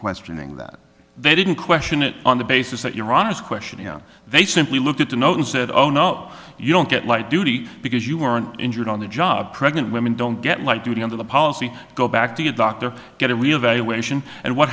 questioning that they didn't question it on the basis that your honest question how they simply looked at the note and said oh no you don't get light duty because you weren't injured on the job pregnant women don't get light duty under the policy go back to your doctor get a reevaluation and what